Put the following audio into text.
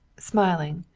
smiling,